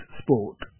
sport